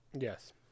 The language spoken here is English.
Yes